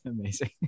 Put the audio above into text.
Amazing